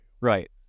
Right